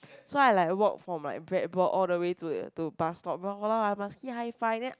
so I like walk from right Breadbox all the way to bus stop !walao! and then I must still hi five them